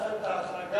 לעשות את ההחרגה,